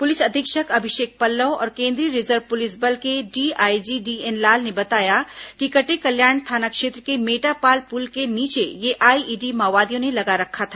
police अधीक्षक अभिषेक पल्लव और केंद्रीय रिजर्व पुलिस बल के डीआईजी डीएन लाल ने बताया कि कटेकल्याण थाना क्षेत्र के मेटापाल पुल के नीचे यह आईईडी माओवादियों ने लगा रखा था